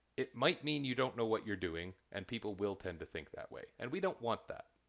it might mean you don't know what you're doing and people will tend to think that way. and we don't want that.